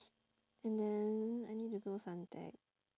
and then I need to go suntec